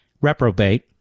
reprobate